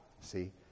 See